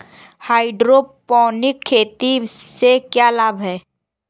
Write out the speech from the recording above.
Hydroponic खेती से क्या लाभ हैं?